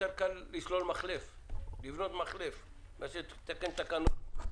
הרבה יותר קל לבנות מחלף מאשר לתקן תקנות.